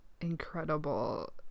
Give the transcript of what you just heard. incredible